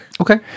Okay